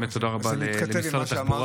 באמת תודה רבה לשרת התחבורה,